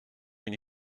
une